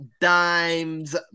Dimes